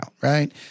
Right